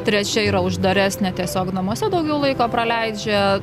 trečia yra uždaresnė tiesiog namuose daugiau laiko praleidžia